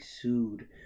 sued